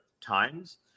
times